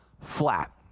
flat